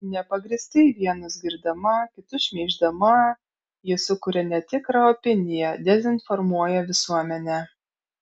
nepagrįstai vienus girdama kitus šmeiždama ji sukuria netikrą opiniją dezinformuoja visuomenę